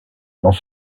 dans